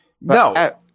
No